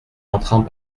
entrant